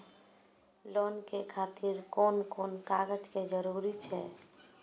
Loan के खातिर कोन कोन कागज के जरूरी छै?